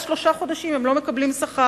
שלושה חודשים הם פשוט לא מקבלים שכר,